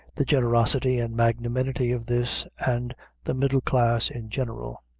the generosity and magnanimity of this and the middle classes in general,